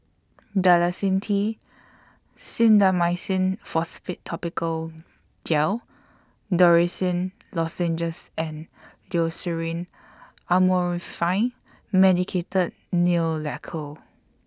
Dalacin T Clindamycin Phosphate Topical Gel Dorithricin Lozenges and Loceryl Amorolfine Medicated Nail Lacquer